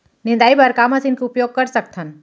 निंदाई बर का मशीन के उपयोग कर सकथन?